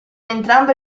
entrambe